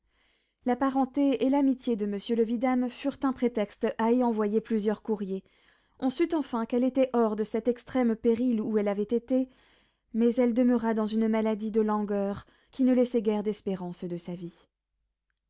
la parenté et l'amitié de monsieur le vidame fut un prétexte à y envoyer plusieurs courriers on sut enfin qu'elle était hors de cet extrême péril où elle avait été mais elle demeura dans une maladie de langueur qui ne laissait guère d'espérance de sa vie